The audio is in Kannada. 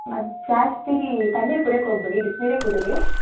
ಮತ್ತು ಜಾಸ್ತಿ ತಣ್ಣೀರು ಕುಡಿಯಕ್ಕೆ ಹೋಗಬೇಡಿ ಬಿಸಿನೀರೇ ಕುಡೀರಿ